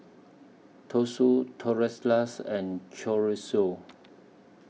Tosui Tortillas and Chorizo